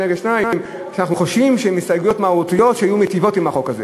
אנחנו חושבים שהן הסתייגויות מהותיות שהיו מיטיבות את החוק הזה.